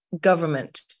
government